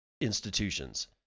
institutions